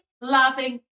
laughing